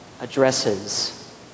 addresses